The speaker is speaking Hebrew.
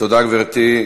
תודה, גברתי.